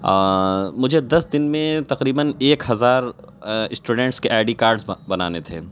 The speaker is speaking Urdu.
مجھے دس دن میں تقریباً ایک ہزار اسٹوڈنٹس کے آئی ڈی کارڈس بنانے تھے